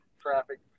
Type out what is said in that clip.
traffic